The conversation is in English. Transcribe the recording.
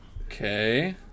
Okay